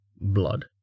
Blood